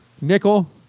Nickel